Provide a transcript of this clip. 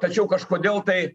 tačiau kažkodėl tai